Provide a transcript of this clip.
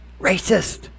racist